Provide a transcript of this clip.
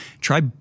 Try